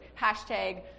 hashtag